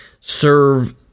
serve